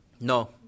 No